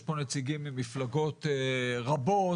יש פה נציגים ממפלגות רבות,